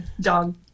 dog